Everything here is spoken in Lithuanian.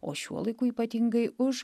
o šiuo laiku ypatingai už